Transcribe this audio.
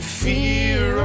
fear